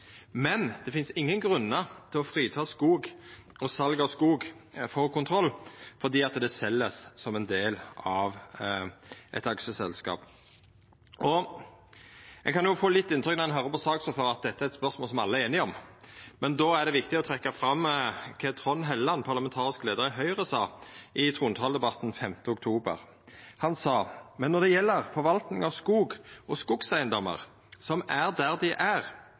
men det finst ingen grunnar til å frita skog og sal av skog frå kontroll fordi det vert selt som ein del av eit aksjeselskap. Når ein høyrer på saksordføraren, kan ein få litt inntrykk av at dette er eit spørsmål alle er einige om, men då er det viktig å trekkja fram kva Trond Helleland, parlamentarisk leiar i Høgre, sa i trontaledebatten 5. oktober. Han sa: «Men når det gjelder forvaltningen av skog og skogseiendommer – som er der de er